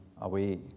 away